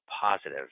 positive